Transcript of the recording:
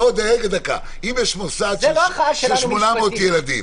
אם יש מוסד של 800 ילדים,